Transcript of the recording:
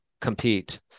compete